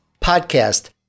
podcast